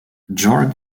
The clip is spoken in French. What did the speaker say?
georg